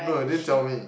no you didn't tell me